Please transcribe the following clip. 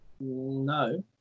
No